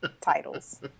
titles